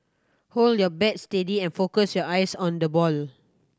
hold your bat steady and focus your eyes on the ball